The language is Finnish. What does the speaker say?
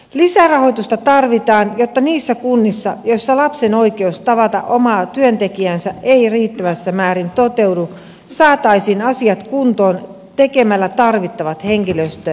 lisärahoitusta tarvitaan jotta niissä kunnissa joissa lapsen oikeus tavata omaa työntekijäänsä ei riittävässä määrin toteudu saataisiin asiat kuntoon tekemällä tarvittavat henkilöstölisäykset